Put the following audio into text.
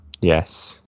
yes